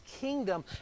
kingdom